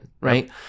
Right